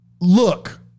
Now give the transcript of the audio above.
Look